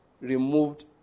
removed